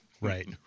Right